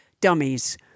Dummies